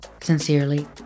Sincerely